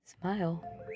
Smile